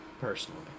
personally